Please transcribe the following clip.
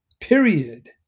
period